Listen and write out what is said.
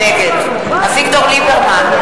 נגד אביגדור ליברמן,